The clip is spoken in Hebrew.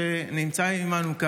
שנמצא כאן עימנו,